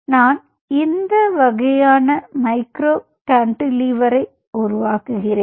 நான் இந்த வகையான மைக்ரோ கான்டிலீவரை உருவாக்குகிறேன்